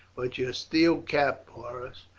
but your steel cap, porus,